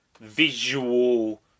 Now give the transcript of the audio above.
visual